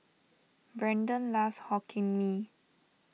Brendon loves Hokkien Mee